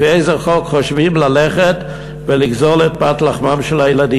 לפי איזה חוק חושבים ללכת ולגזול את פת לחמם של הילדים?